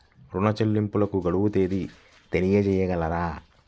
ఋణ చెల్లింపుకు గడువు తేదీ తెలియచేయగలరా?